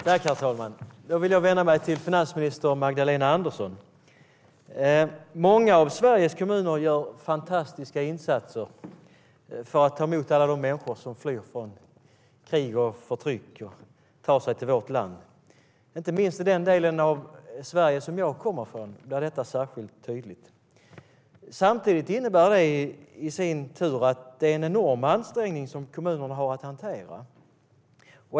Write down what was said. Herr talman! Jag vill vända mig till finansminister Magdalena Andersson. Många av Sveriges kommuner gör fantastiska insatser för att ta emot alla de människor som flyr från krig och förtryck och tar sig till vårt land. Inte minst i den del av Sverige som jag kommer ifrån är detta särskilt tydligt. Samtidigt innebär det en enorm ansträngning för kommunerna att hantera situationen.